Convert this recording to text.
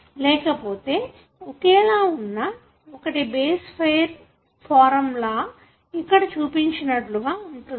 లేకపోతే ఒకేలా వున్నా ఒకటి బేస్ పెయిర్ ఫారం లా ఇక్కడ చూపించినట్లుగా ఉంటుంది